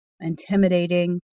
intimidating